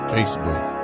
Facebook